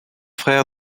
frère